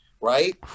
right